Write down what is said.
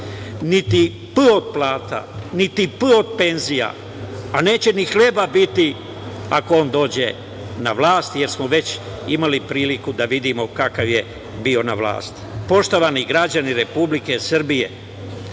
niti p od plata, niti p od penzija, a neće ni hleba biti ako on dođe na vlast, jer smo već imali priliku da vidimo kakav je bio na vlasti. Poštovani građani Republike Srbije,